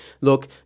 look